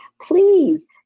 please